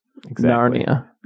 Narnia